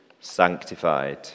sanctified